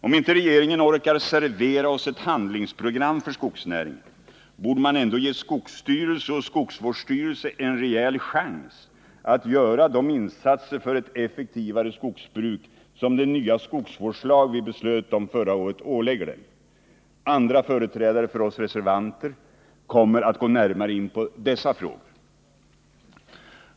Om inte regeringen orkar servera oss ett handlingsprogram för skogsnäringen, borde man ändå ge skogsstyrelse och skogsvårdsstyrelse en rejäl chans att göra de insatser för ett effektivare skogsbruk som den nya skogsvårdslag vi beslöt om förra året ålägger dem. Andra företrädare för oss reservanter kommer att gå närmare in på dessa frågor.